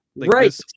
Right